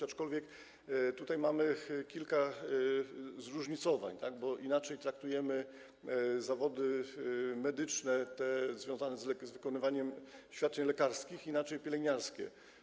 Aczkolwiek jest kilka zróżnicowań, bo inaczej traktujemy zawody medyczne związane z wykonywaniem świadczeń lekarskich, a inaczej - pielęgniarskich.